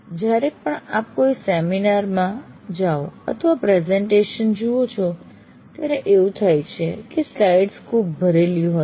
જ્યારે પણ આપ કોઈ સેમિનાર માં જાઓ અથવા પ્રેસેંટેશન જુઓ છો ત્યારે એવું થાય છે કે સ્લાઇડ્સ ખુબ ભરેલી હોય છે